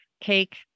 cake